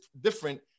different